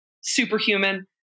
superhuman